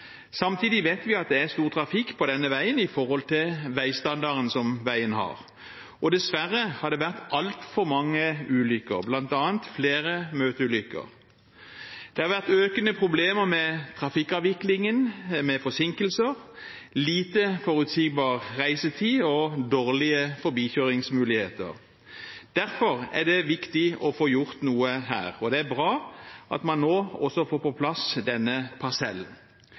Samtidig vet vi at det er stor trafikk på denne veien i forhold til veistandarden, og dessverre har det vært altfor mange ulykker, bl.a. flere møteulykker. Det har vært økende problemer med trafikkavviklingen, med forsinkelser, lite forutsigbar reisetid og dårlige forbikjøringsmuligheter. Derfor er det viktig å få gjort noe her, og det er bra at man nå også får på plass denne parsellen.